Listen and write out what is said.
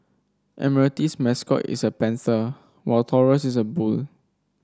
admiralty's mascot is a panther while Taurus is a bull